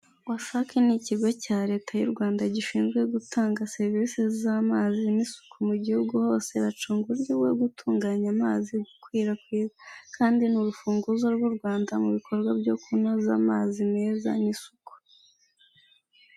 WASAC ni Ikigo cya Leta y'u Rwanda gishinzwe gutanga serivise z'amazi n'isuku mu gihugu hose, bacunga uburyo bwo gutunganya amazi bukwirakwizwa kandi ni urufunguzo rw'u Rwanda mu bikorwa byo kunoza amazi meza n'isuku.